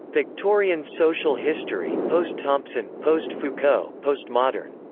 victorian social history post-thompson, post-foucault, postmodern.